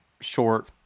short